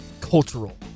cultural